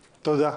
תודה.